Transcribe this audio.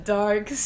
dark